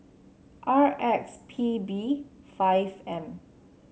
R X P B five M